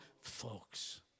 Folks